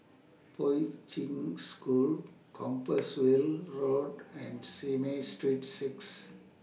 Poi Ching School Compassvale Road and Simei Street six